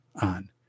on